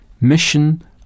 mission